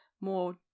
more